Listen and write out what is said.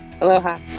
Aloha